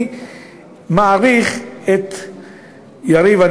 אני מעריך את יריב.